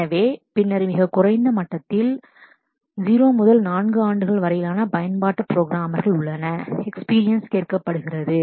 எனவே பின்னர் மிகக் குறைந்த மட்டத்தில் 0 முதல் 4 ஆண்டுகள் வரையிலான பயன்பாட்டு புரோகிராமர்கள் உள்ளன எக்ஸ்பீரியன்ஸ் கேட்கப்படுகிறது